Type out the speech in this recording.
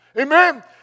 Amen